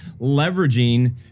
leveraging